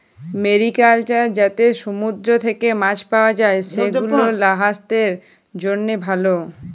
mariculture যাতে সমুদ্র থেক্যে মাছ পাওয়া যায়, সেগুলাসাস্থের জন্হে ভালো